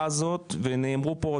לשמחתנו כן,